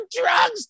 drugs